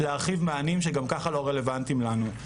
להרחיב מענים שגם ככה לא רלוונטיים לנו.